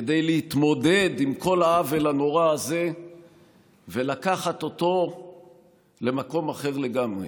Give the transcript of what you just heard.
כדי להתמודד עם כל העוול הנורא הזה ולקחת אותו למקום אחר לגמרי: